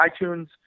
iTunes